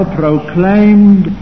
proclaimed